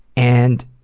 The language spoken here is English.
and